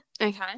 Okay